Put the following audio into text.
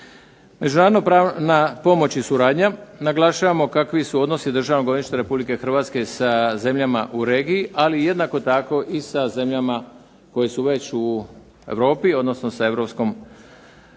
Državnopravna pomoć i suradnja naglašavamo kakvi su odnosi Državnog odvjetništva Republike Hrvatske sa zemljama u regiji, ali jednako tako i sa zemljama koje su već u Europi, odnosno sa Europskom unijom.